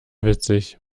witzig